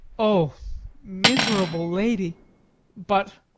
o miserable lady but,